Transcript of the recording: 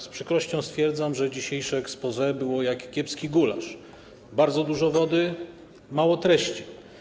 Z przykrością stwierdzam, że dzisiejsze exposé było jak kiepski gulasz: bardzo dużo wody, mało treści.